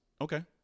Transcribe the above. Okay